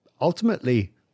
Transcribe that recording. ultimately